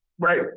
Right